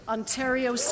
Ontario